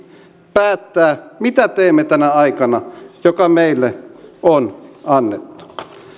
päättää mitä teemme tänä aikana joka meille on annettu